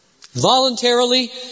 Voluntarily